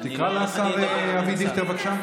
תקרא לשר אבי דיכטר, בבקשה.